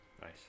Nice